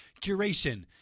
curation